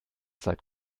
seit